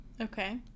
okay